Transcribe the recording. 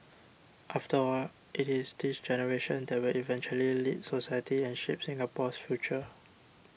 after all it is this generation that will eventually lead society and shape Singapore's future